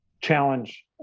challenge